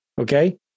Okay